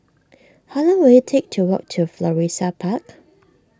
how long will it take to walk to Florissa Park